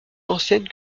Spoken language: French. ancienne